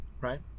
right